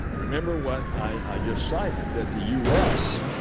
remember what i just cited, that the u s.